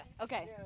Okay